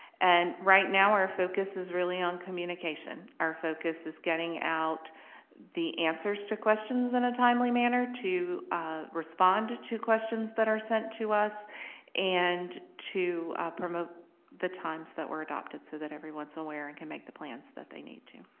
and right now our focus is really on communication. our focus is getting out the answers to questions in a timely manner, to ah respond to questions that are sent to us and to promote the times that were adopted so that everyone's aware and can make the plans that they need to.